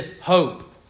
hope